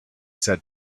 said